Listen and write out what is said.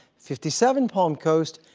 fifty seven palm coast.